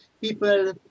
people